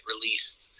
released